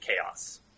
chaos